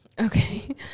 Okay